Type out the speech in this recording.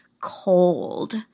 cold